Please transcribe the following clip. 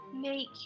Make